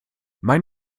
mein